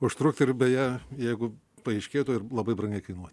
užtrukti ir beje jeigu paaiškėtų ir labai brangiai kainuoti